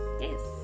yes